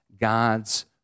God's